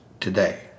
today